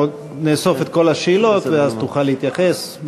נאסוף את כל השאלות ואז תוכל להתייחס.